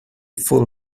full